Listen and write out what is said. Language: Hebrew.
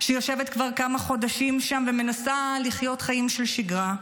שיושבת כבר כמה חודשים שם ומנסה לחיות חיים של שגרה.